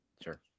Sure